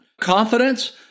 Confidence